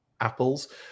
apples